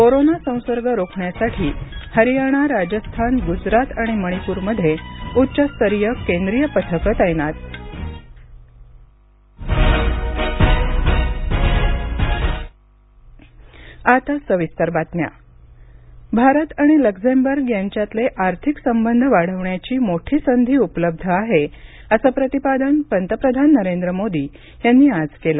corona संसर्ग रोखण्यासाठी हरियाणा राजस्थान गुजरात आणि मणीपूरमध्ये उच्चस्तरीय केंद्रिय पथक तैनात पंतप्रधान भारत आणि लक्झेंबर्ग यांच्यातले आर्थिक संबंध वाढवण्याची मोठी संधी उपलब्ध आहे असं प्रतिपादन पंतप्रधान नरेंद्र मोदी यांनी आज केलं